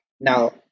now